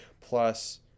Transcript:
Plus